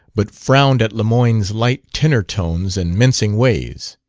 but frowned at lemoyne's light tenor tones and mincing ways.